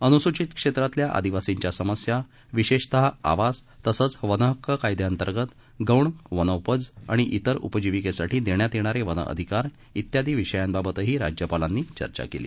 अन्सूचित क्षेत्रातल्या आदिवासीच्या समस्या विशेषतः आवास तसंच वनहक्क कायद्याअंतर्गत गौण वनौपज आणि इतर उपजीविकेसाठी देण्यात येणारे वन अधिकार इत्यादी विषयांबाबतही राज्यपालांनी चर्चा केली